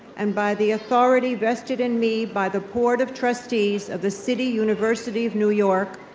and by the authority vested in me by the board of trustees of the city university of new york,